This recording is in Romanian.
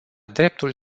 dreptul